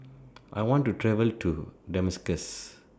I want to travel to Damascus